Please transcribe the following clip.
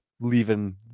leaving